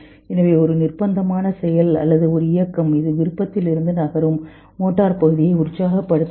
எனவே ஒரு நிர்பந்தமான செயல் அல்லது ஒரு இயக்கம் இது விருப்பத்திலிருந்து நகரும் மோட்டார் பகுதியை உற்சாகப்படுத்துகிறது